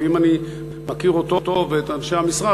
ואם אני מכיר אותו ואת אנשי המשרד,